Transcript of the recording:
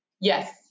Yes